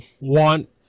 want